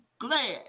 glad